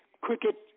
cricket